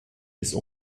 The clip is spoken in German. bis